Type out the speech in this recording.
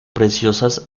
preciosas